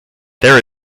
there